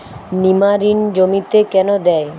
নিমারিন জমিতে কেন দেয়?